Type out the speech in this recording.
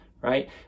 right